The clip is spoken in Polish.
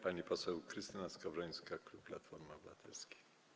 Pani poseł Krystyna Skowrońska, klub Platformy Obywatelskiej.